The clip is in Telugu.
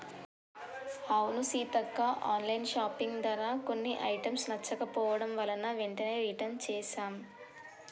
అవును సీతక్క ఆన్లైన్ షాపింగ్ ధర కొన్ని ఐటమ్స్ నచ్చకపోవడం వలన వెంటనే రిటన్ చేసాం